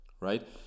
right